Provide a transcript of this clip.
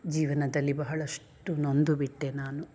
ಜೀವನದಲ್ಲಿ ಬಹಳಷ್ಟು ನೊಂದುಬಿಟ್ಟೆ ನಾನು